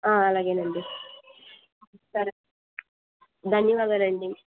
అలాగే అండి సరే ధన్యవాదాలండి